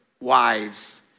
wives